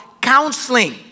counseling